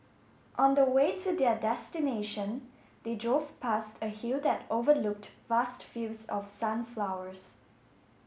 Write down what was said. on the way to their destination they drove past a hill that overlooked vast fields of sunflowers